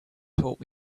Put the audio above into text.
taught